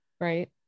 Right